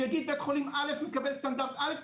שיגיד שבית חולים א' מקבל סטנדרט א',